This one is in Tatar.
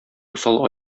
усал